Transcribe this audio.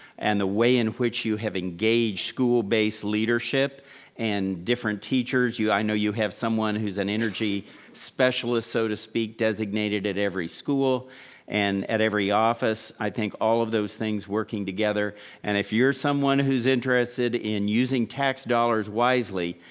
and the way in which you have engaged school-based leadership and different teachers. i know you have someone whose an energy specialist, so to speak, designated at every school and at every office. i think all of those things working together and if you're someone who's interested in using tax dollars wisely,